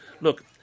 look